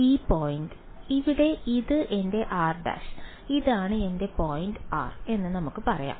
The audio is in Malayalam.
ഈ പോയിന്റ് ഇവിടെ ഇത് എന്റെ r′ ഇതാണ് എന്റെ പോയിന്റ് r എന്ന് നമുക്ക് പറയാം